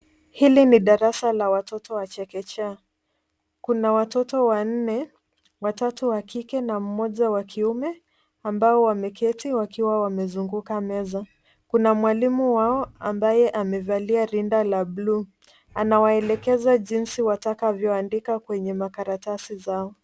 Hili ni darasa la watoto wa chekechea, kuna watoto wannne watatu wa kike na mmoja wa kiume ambao wameketi wakiwa wamezunguka meza. Kuna mwalimu wao amabaye amevalia rinda la bluu anawaelekeza jinsi watakavyo andika kwenye makaratasi zao.